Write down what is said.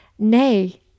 Nay